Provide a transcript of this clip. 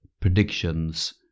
predictions